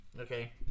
okay